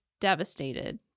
devastated